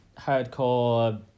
hardcore